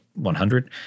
100